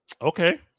Okay